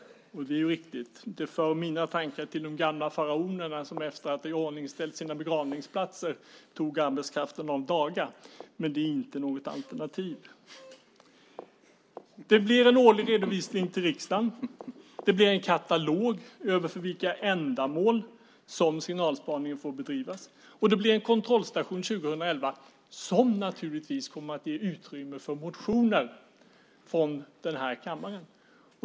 Och det är ju riktigt. Det för mina tankar till de gamla faraonerna, som efter att ha iordningställt sina begravningsplatser tog arbetskraften av daga. Men det är inte något alternativ. Det blir en årlig redovisning till riksdagen. Det blir en katalog över vilka ändamål som signalspaningen får bedrivas för. Det blir en kontrollstation 2011, som naturligtvis kommer att ge utrymme för motioner från kammaren.